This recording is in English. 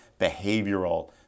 behavioral